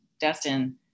Destin